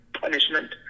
punishment